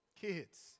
Kids